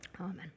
Amen